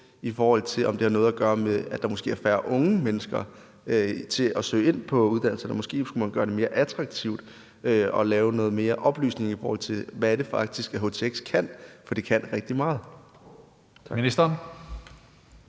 kigget lidt på, om det har noget at gøre med, at der måske er færre unge mennesker til at søge ind på uddannelserne? Måske skulle man gøre det mere attraktivt og lave noget mere oplysning om, hvad det faktisk er, htx kan, for det kan rigtig meget.